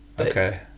Okay